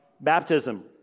baptism